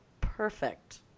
perfect